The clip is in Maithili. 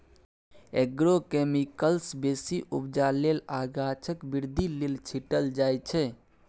एग्रोकेमिकल्स बेसी उपजा लेल आ गाछक बृद्धि लेल छीटल जाइ छै